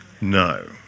No